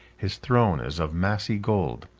his throne is of massy gold.